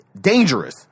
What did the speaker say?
dangerous